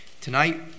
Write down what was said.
tonight